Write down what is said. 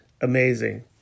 amazing